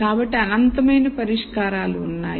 కాబట్టి అనంతమైన పరిష్కారాలు ఉన్నాయి